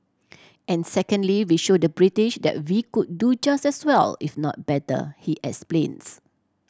and secondly we showed the British that we could do just as well if not better he explains